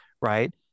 Right